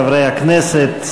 חברי הכנסת,